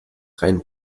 rein